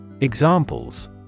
Examples